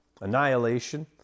annihilation